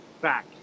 back